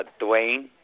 Dwayne